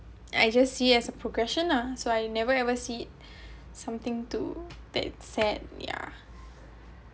I just see it as a progression ah so I never ever see it something to that sad yeah